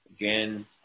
again